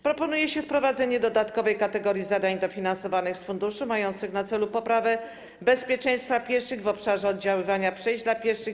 Proponuje się wprowadzenie dodatkowej kategorii zadań dofinansowanych z funduszu mających na celu poprawę bezpieczeństwa pieszych w obszarze oddziaływania przejść dla pieszych.